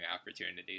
opportunities